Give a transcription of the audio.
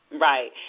Right